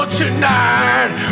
tonight